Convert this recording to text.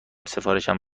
سفارشم